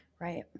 Right